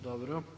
Dobro.